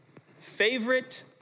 favorite